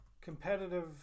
competitive